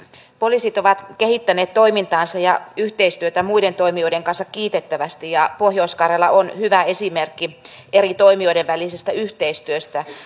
poliisit ovat kehittäneet toimintaansa ja yhteistyötä muiden toimijoiden kanssa kiitettävästi ja pohjois karjala on hyvä esimerkki eri toimijoiden välisestä yhteistyöstä